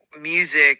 music